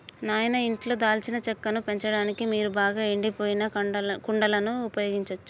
నాయిన ఇంట్లో దాల్చిన చెక్కను పెంచడానికి మీరు బాగా ఎండిపోయిన కుండలను ఉపయోగించచ్చు